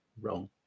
wrong